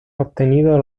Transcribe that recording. obtenido